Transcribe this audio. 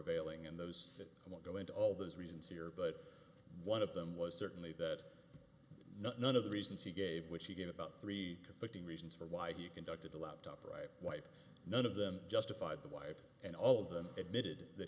availing and those that i won't go into all those reasons here but one of them was certainly that none of the reasons he gave which he gave about three conflicting reasons for why he conducted the laptop right wipe none of them justified the wipe and all of them admitted that